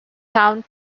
town